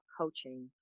coaching